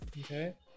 Okay